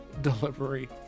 delivery